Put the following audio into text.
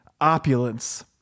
Opulence